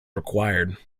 required